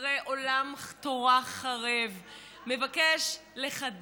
אחרי שחרב עולם תורה הוא מבקש לחדש,